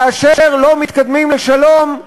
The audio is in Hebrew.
כאשר לא מתקדמים לשלום,